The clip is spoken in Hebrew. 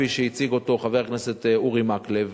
כפי שהציג אותו חבר הכנסת אורי מקלב.